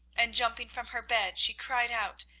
and, jumping from her bed, she cried out,